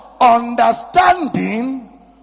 Understanding